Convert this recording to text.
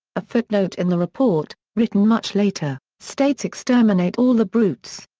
a footnote in the report, written much later, states exterminate all the brutes!